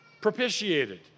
propitiated